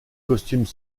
costumes